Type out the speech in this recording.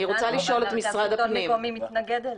אבל מרכז השלטון המקומי מתנגד אליה.